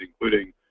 including